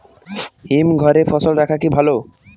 হিমঘরে ফসল রাখা কি ভালো?